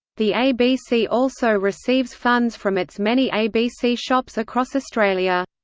the abc also receives funds from its many abc shops across australia.